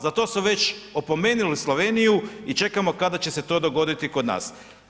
Za to su već opomenuli Sloveniju i čekamo kada će se to dogoditi kod nas.